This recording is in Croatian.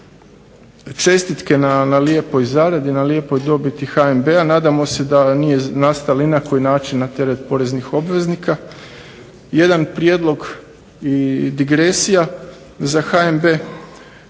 Čestitke na lijepoj zaradi, na lijepoj dobiti HNB-a. Nadamo se da nije nastala ni na koji način na teret poreznih obveznika. Jedan prijedlog i digresija za HNB,